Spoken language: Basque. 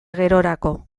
gerorako